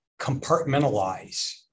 compartmentalize